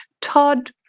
Todd